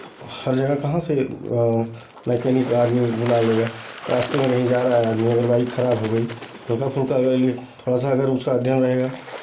हर जगह कहाँ से मैकेनिक आदमी बुला लेगा रास्ते में कहीं जा रहा है आदमी अगर बाइक खराब हो गई हल्का फुल्का अगर थोड़ा सा अगर उसका अध्ययन रहेगा